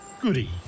goody